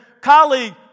colleague